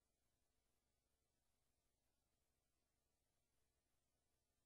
כן, כן.